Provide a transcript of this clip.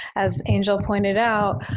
as angel pointed out,